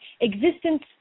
Existence